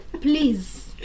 Please